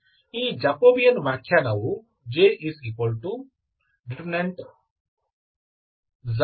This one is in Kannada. ಈ ಜಾಕೋಬಿಯನ್ ವ್ಯಾಖ್ಯಾನವು ಆಗಿದೆ